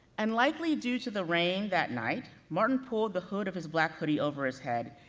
and likely due to the rain that night, martin pulled the hood of his black hoodie over his head,